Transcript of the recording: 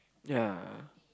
ya